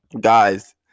Guys